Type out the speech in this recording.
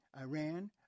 Iran